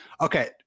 Okay